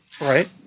Right